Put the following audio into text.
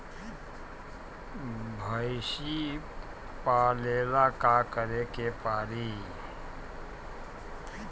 भइसी पालेला का करे के पारी?